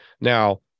Now